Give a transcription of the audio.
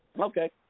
Okay